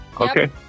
Okay